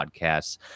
podcasts